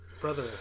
brother